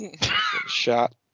Shot